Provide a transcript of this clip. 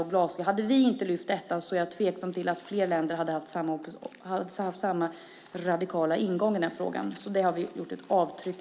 Hade alliansregeringen inte drivit denna fråga hårt är jag tveksam till att fler länder hade haft samma radikala ingång i den frågan. Där har vi alltså gjort ett avtryck.